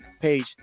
page